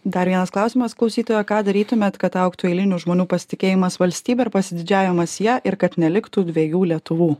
dar vienas klausimas klausytojo ką darytumėt kad augtų eilinių žmonių pasitikėjimas valstybe ir pasididžiavimas ja ir kad neliktų dviejų lietuvų